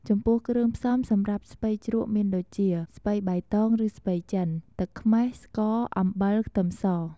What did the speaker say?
ចំពោះគ្រឿងផ្សំសម្រាប់ស្ពៃជ្រក់មានដូចជា ស្ពៃបៃតឬស្ពៃចិន ទឹកខ្មេះ ស្ករ អំបិល ខ្ទឹមស។